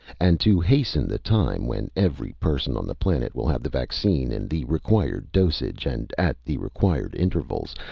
and to hasten the time when every person on the planet will have the vaccine in the required dosage and at the required intervals,